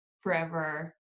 forever